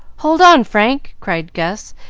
hold on, frank! cried gus,